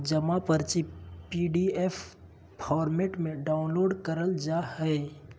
जमा पर्ची PDF format में डाउनलोड करल जा हय